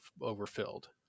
overfilled